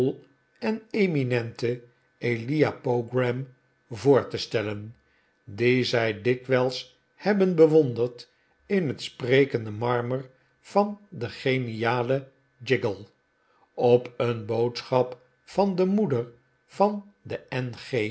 elia pogram voor te stellen dien zij dikwijls hebben bewonderd in het sprekende marmer van den genialen chiggle op een boodschap van de moeder van de